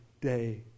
day